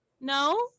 No